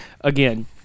again